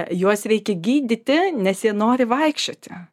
juos reikia gydyti nes jie nori vaikščioti